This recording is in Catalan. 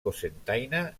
cocentaina